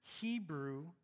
Hebrew